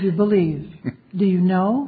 you believe do you know